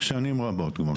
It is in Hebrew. אני מדבר מתוך העובדה.